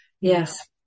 yes